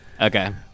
Okay